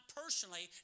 personally